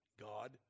God